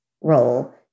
role